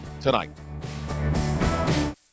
tonight